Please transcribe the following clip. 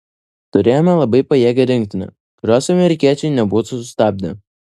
turėjome labai pajėgią rinktinę kurios amerikiečiai nebūtų sustabdę